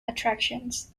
attractions